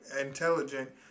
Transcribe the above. intelligent